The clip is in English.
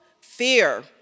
Fear